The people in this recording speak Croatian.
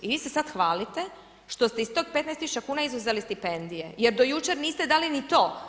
I vi se sad hvalite što ste iz tog 15 tisuća kuna izuzeli stipendije jer do jučer niste dali ni to.